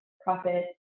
profit